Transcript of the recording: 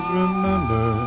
remember